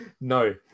no